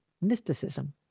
Mysticism